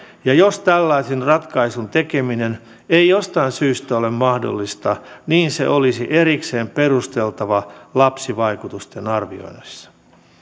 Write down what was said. ja jos tällaisen ratkaisun tekeminen ei jostain syystä ole mahdollista niin se olisi erikseen perusteltava lapsivaikutusten arvioinnissa